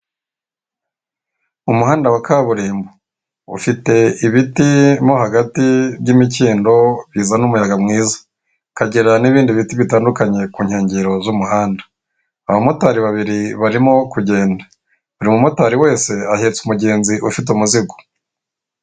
Umuhanda wa kaburimbo ufite ibiti mo hagati by'imikindo bizana umuyaga mwiza, ukagere n'ibindi biti bitandukanye ku nkengero z'umuhanda, abamotari babiri barimo kugenda buri mumotari wese ahetse umugenzi ufite umuzigo.